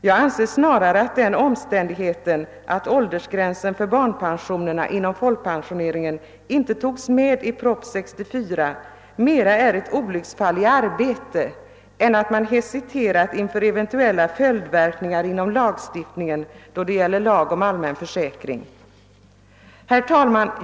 Jag anser snarare att den omständigheten att åldersgränsen för barnpension inom folkpensioneringen inte togs med 1 propositionen nr 64 är att betrakta som ett olycksfall i arbete än ett uttryck för att man hesiterat inför eventulla följdverkningar inom lagstiftningen då det gäller lag om allmän försäkring. Herr talman!